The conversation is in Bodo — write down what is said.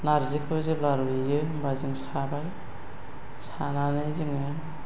नारजिखौ जेब्ला रुयो अब्ला जों साबाय सानानै जोंङो